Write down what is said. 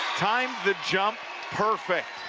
timed the jump perfect.